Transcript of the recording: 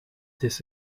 this